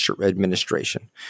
Administration